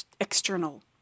external